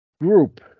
group